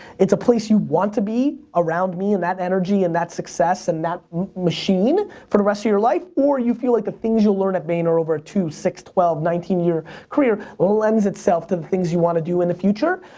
it's a place you want to be, around me and that energy and that success and that machine for the rest of your life or you feel like the things you learn at vayner over a two, six, twelve, nineteen year career lends itself to the things you want to do in the future.